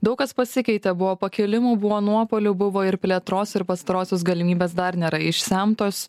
daug kas pasikeitė buvo pakilimų buvo nuopuolių buvo ir plėtros ir pastarosios galimybės dar nėra išsemtos